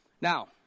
Now